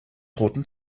roten